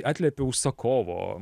atliepia užsakovo